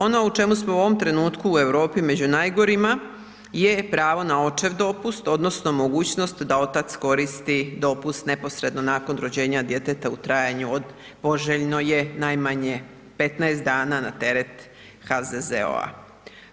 Ono o čemu smo u ovom trenutku u Europi među najgorima je pravo na očev dopust odnosno mogućnost da otac koristi dopust neposredno nakon rođenja djeteta u trajanju od poželjno je najmanje 15 dana na teret HZZO-a.